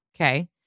Okay